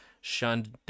shunned